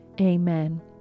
Amen